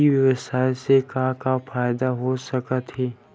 ई व्यवसाय से का का फ़ायदा हो सकत हे?